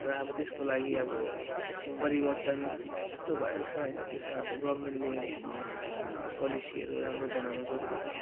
र अब त्यसको लागि अब परिवर्तन जस्तो भएको छ होइन त्यसमा अब गभर्मेन्टले पोलिसीहरू राम्रो बनाउनु जरुरी छ